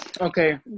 Okay